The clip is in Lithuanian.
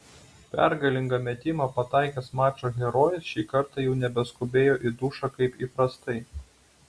pergalingą metimą pataikęs mačo herojus šį kartą jau nebeskubėjo į dušą kaip įprastai